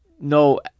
No